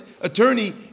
attorney